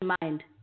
mind